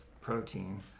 protein